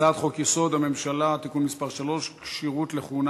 הצעת חוק-יסוד: הממשלה (תיקון מס' 3) (כשירות לכהונה